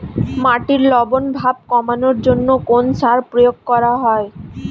মাটির লবণ ভাব কমানোর জন্য কোন সার প্রয়োগ করা হয়?